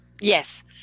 Yes